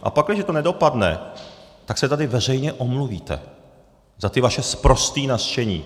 A pakliže to nedopadne, tak se tady veřejně omluvíte za ty vaše sprostý nařčení.